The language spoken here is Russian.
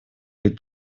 быть